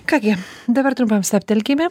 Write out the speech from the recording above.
ką gi dabar trumpam stabtelkime